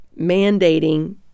mandating